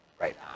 Right